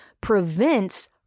prevents